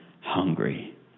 hungry